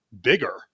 bigger